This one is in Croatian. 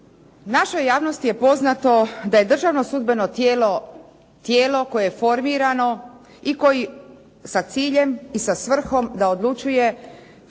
Našoj javnosti je poznato da je državno sudbeno tijelo, tijelo koje je formirano i koji sa ciljem i sa svrhom da odlučuje